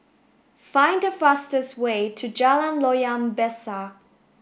find the fastest way to Jalan Loyang Besar